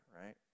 right